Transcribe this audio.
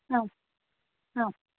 आम् आम्